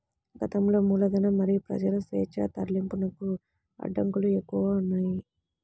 గతంలో మూలధనం మరియు ప్రజల స్వేచ్ఛా తరలింపునకు అడ్డంకులు ఎక్కువగా ఉన్నాయి